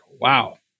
wow